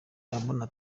mbona